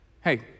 Hey